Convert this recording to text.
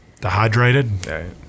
dehydrated